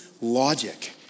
logic